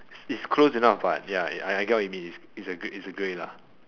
it's close enough what ya I get what you mean it's a it's a grey lah